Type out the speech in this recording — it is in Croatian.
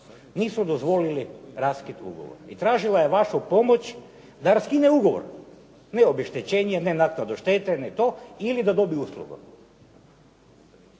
Nisu dozvolili raskid ugovora i tražila je vašu pomoć da raskine ugovor. Ne obeštećenje, ne naknadu štete, ne to, ili da dobije uslugu.